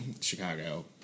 Chicago